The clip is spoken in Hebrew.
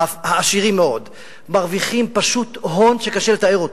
העשירים מאוד מרוויחים פשוט הון שקשה לתאר אותו,